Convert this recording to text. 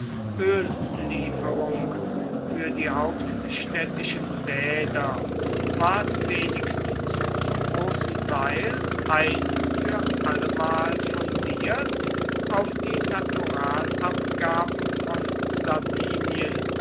öllieferung für die hauptstädtischen bäder ward wenigstens zum großen teil ein für allemal fundiert auf die naturalabgaben von sardinien